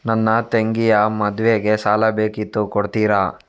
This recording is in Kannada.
ನನ್ನ ತಂಗಿಯ ಮದ್ವೆಗೆ ಸಾಲ ಬೇಕಿತ್ತು ಕೊಡ್ತೀರಾ?